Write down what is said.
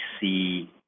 see